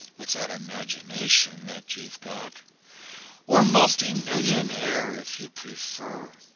with that imagination that you've got or multimillionaire if you prefer,